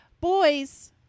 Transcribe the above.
boys